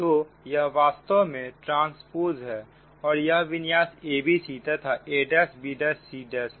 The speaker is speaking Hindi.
तो यह वास्तव में ट्रांस्पोज है और यह विन्यास a bc तथा a'b 'c' है